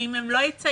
שאם הם לא יצייתו